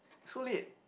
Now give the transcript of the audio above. so late